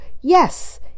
yes